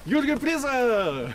jurgiui prizą